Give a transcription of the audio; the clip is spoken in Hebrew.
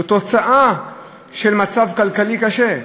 זאת תוצאה של מצב כלכלי קשה.